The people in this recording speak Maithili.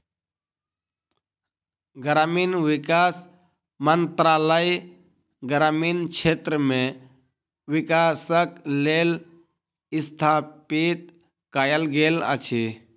ग्रामीण विकास मंत्रालय ग्रामीण क्षेत्र मे विकासक लेल स्थापित कयल गेल अछि